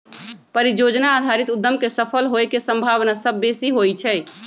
परिजोजना आधारित उद्यम के सफल होय के संभावना सभ बेशी होइ छइ